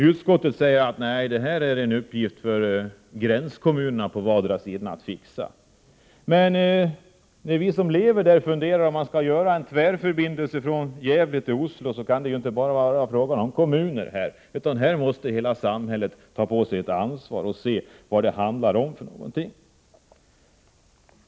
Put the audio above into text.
Utskottet säger att detta är en uppgift för gränskommunerna på vardera sidan, men vi som lever där menar att t.ex. tvärförbindelsen mellan Gävle och Oslo måste vara något som hela samhället måste ta på sitt ansvar.